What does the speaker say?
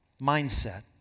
mindset